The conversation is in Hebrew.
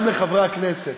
גם לחברי הכנסת,